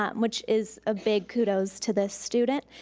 um which is a big kudos to the student.